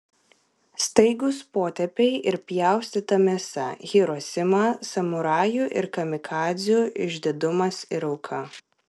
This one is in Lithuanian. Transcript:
staigūs potėpiai ir pjaustyta mėsa hirosima samurajų ir kamikadzių išdidumas ir auka